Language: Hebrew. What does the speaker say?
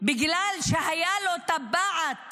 בגלל שהייתה לו טבעת